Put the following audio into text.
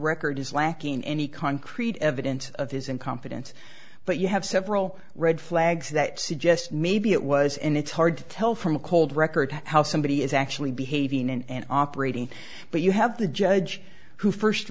record is lacking any concrete evidence of his incompetence but you have several red flags that suggest maybe it was and it's hard to tell from a cold record how somebody is actually behaving and operating but you have the judge who first